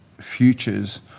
futures